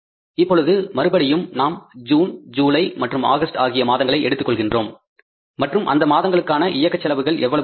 இப்பொழுது மறுபடியும் நாம் ஜூன் ஜூலை மற்றும் ஆகஸ்ட் ஆகிய மாதங்களை எடுத்துக் கொள்கின்றோம் மற்றும் அந்த மாதங்களுக்கான இயக்க செலவுகள் எவ்வளவு இருக்கும்